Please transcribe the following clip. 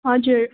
हजुर